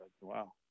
wow